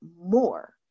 more